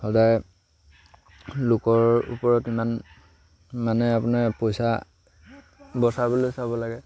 সদায় লোকৰ ওপৰত ইমান মানে আপোনাৰ পইচা বচাবলৈ চাব লাগে